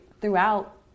throughout